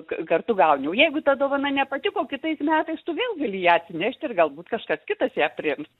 ka kartu gauni o jeigu ta dovana nepatiko kitais metais tu vėl gali ją atsineši ir galbūt kažkas kitas ją priims